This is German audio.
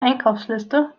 einkaufsliste